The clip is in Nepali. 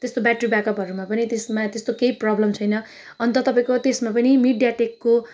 त्यस्तो ब्याट्री ब्याकअपहरूमा पनि त्यसमा त्यस्तो केही प्रब्लम छैन अन्त तपाईँको त्यसमा पनि मिडिया टेकको